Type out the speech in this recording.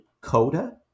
Coda